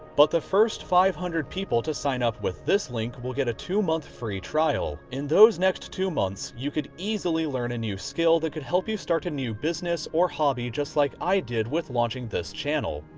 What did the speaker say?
but the first five hundred people to sign up with this link will get a two month free trial. in those next two months, you could easily learn a new skill that could help you start a new business or hobby just like i did with launching this channel.